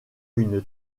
une